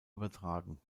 übertragen